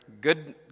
good